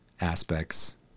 aspects